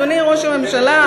אדוני ראש הממשלה,